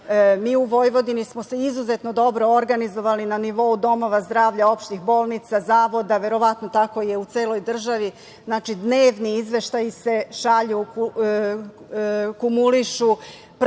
Mi u Vojvodini smo se izuzetno dobro organizovali na nivoima domova zdravlja, opštih bolnica, zavoda, verovatno je tako i u celoj državi. Dnevni izveštaji se šalju, kumulišu, prati